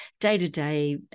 day-to-day